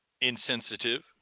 insensitive